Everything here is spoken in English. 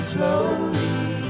Slowly